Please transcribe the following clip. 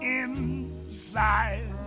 inside